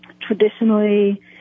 traditionally